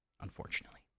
unfortunately